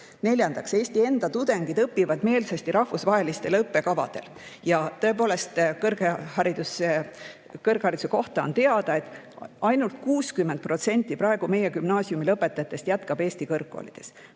Eesti tudengid õpivad meelsasti rahvusvahelistel õppekavadel. Tõepoolest, kõrghariduse kohta on teada, et ainult 60% praegu meie gümnaasiumi lõpetajatest jätkab Eesti kõrgkoolides.